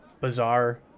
Bizarre